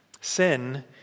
Sin